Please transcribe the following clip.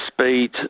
speed